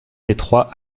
étroits